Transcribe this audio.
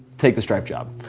take the stripe job.